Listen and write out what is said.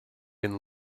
and